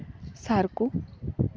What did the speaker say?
ᱥᱟᱨ ᱠᱚ